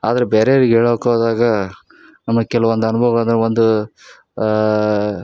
ಆದರೆ ಬೇರೆವ್ರಿಗೆ ಹೇಳಕ್ ಹೋದಾಗ ನಮ್ಮ ಕೆಲವೊಂದು ಅನ್ಭವ್ಗಳ್ದಾಗ ಒಂದು